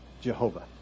Jehovah